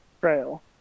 trail